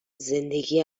زندگی